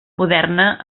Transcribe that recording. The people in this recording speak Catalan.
moderna